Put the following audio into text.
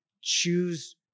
choose